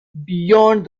beyond